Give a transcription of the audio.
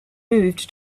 moved